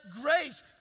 grace